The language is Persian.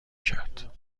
کرد